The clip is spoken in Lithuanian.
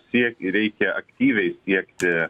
sie reikia aktyviai siekti